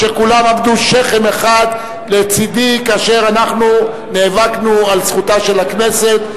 כולם עמדו שכם אחד לצדי כאשר נאבקנו על זכותה של הכנסת.